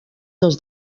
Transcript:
des